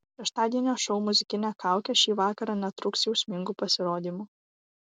šeštadienio šou muzikinė kaukė šį vakarą netrūks jausmingų pasirodymų